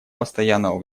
постоянного